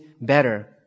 better